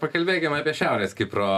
pakalbėkim apie šiaurės kipro